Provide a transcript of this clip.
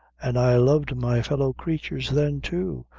an' i loved my fellow-creatures then, too,